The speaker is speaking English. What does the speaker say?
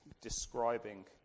describing